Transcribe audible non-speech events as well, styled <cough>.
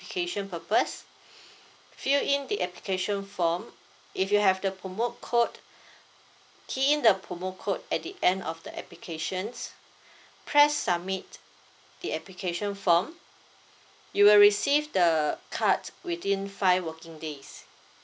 application purpose <breath> fill in the application form if you have the promo code key in the promo code at the end of the applications press submit the application form you will receive the card within five working days